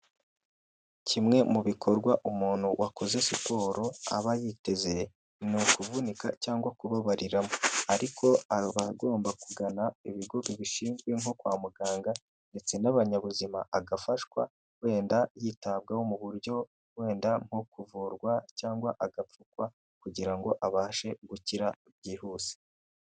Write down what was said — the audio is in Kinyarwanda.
Kimwe mu bikorwa umuntu wakoze siporo aba yiteze ni ukuvunika cyangwa kubabariramo, ariko aba agomba kugana ibigo bibishinzwe nko kwa muganga ndetse n'abanyabuzima, agafashwa wenda yitabwaho mu buryo wenda nko kuvurwa cyangwa agapfukwa kugira ngo abashe gukira byihuse.